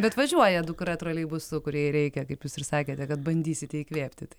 bet važiuoja dukra troleibusu kur jai reikia kaip jūs ir sakėte kad bandysite įkvėpti